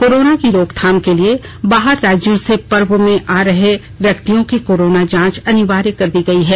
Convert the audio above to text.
corona की रोकथाम के लिए बाहर राज्यों से पर्व में आ रहे व्यक्तियों की कोरोना जाँच अनिवार्य कर दी गयी है